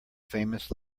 famous